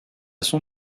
son